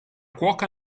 cuoca